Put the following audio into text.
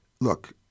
look